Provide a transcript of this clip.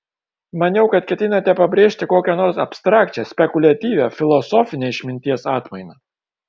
maniau kad ketinate pabrėžti kokią nors abstrakčią spekuliatyvią filosofinę išminties atmainą